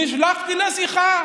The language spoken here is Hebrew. נשלחתי לשיחה